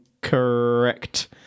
correct